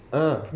ah